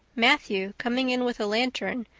matthew, coming in with a lantern,